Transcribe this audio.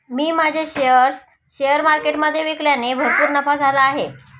मी माझे shares share मार्केटमधे विकल्याने भरपूर नफा झाला आहे